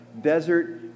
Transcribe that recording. desert